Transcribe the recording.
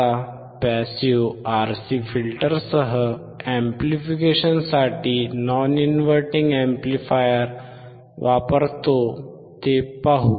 आता passive RC फिल्टरसह अॅम्प्लीफिकेशनसाठी नॉन इनव्हर्टिंग अॅम्प्लिफायर वापरतो ते पाहू